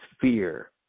fear